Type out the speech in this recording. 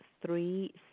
three